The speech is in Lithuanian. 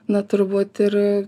na turbūt ir